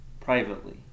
privately